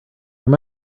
your